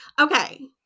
Okay